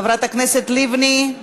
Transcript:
חברת הכנסת לבני,